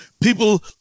people